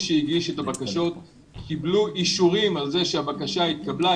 שהגיש את הבקשות קיבל אישורים על כך שהבקשה התקבלה,